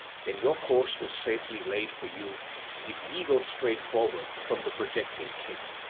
then your course is safely laid for you if ye go straight forward from the projecting cape.